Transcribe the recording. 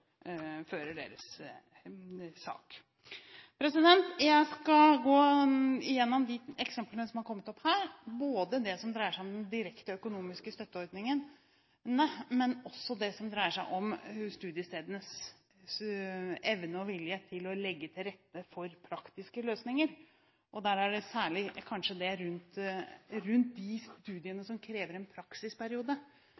fører deres sak. Jeg skal gå igjennom eksemplene som har kommet opp her, både det som dreier seg om de direkte økonomiske støtteordningene og studiestedenes evne og vilje til å legge til rette for praktiske løsninger. Det er kanskje særlig det rundt de studiene